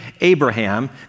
Abraham